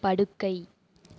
படுக்கை